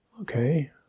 okay